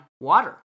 water